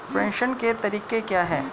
प्रेषण के तरीके क्या हैं?